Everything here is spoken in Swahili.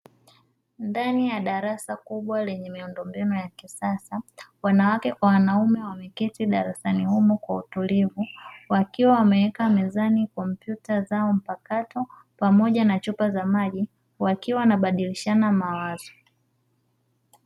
Ndani ya darasa kubwa lenye miundombinu ya kisasa; wanawake kwa wanaume wameketi darasani humo kwa utulivu, wakiwa wameweka mezani kompyuta zao mpakato pamoja na chupa za maji, wakiwa wanabadilishana mawazo.